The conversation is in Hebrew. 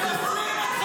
אני לא דיברתי.